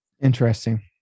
Interesting